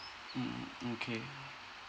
mm mm K